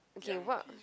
okay [what]